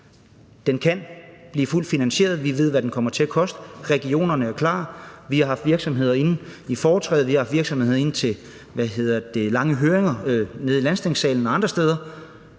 Den kan blive fuldt finansieret. Vi ved, hvad den kommer til at koste. Regionerne er klar. Vi har haft virksomheder inde i foretræde, og vi har haft virksomheder inde til lange høringer nede i Landstingssalen og andre steder.